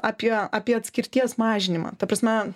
apie apie atskirties mažinimą ta prasme